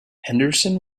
henderson